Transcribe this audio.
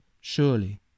Surely